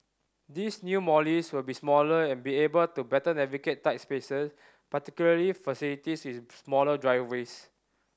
these new Mollies will be smaller and be able to better navigate tight spaces particularly facilities with smaller driveways